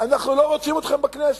אנחנו לא רוצים אתכם בכנסת.